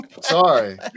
sorry